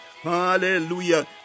Hallelujah